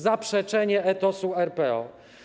Zaprzeczenie etosu RPO.